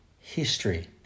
history